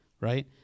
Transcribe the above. right